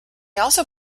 also